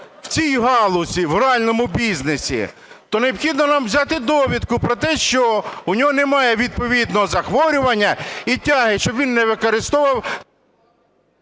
у цій галузі, в гральному бізнесі, то необхідно нам взяти довідку про те, що в нього немає відповідного захворювання і тяги, щоб він не використовував…